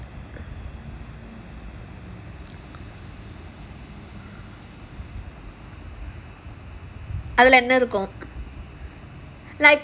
பத்து ஆண்டுகளுக்கு முன்பு நீங்கள் தயாரித்து வைத்திருந்த கால:pathu aandukaluku munbu neengal thayaarithu vanthiruntha kaala what பெட்டி நீங்களே மீண்டும்:petti neengale meendum